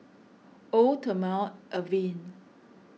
Eau thermale Avene